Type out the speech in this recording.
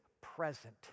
present